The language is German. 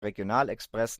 regionalexpress